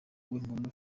w’inkumi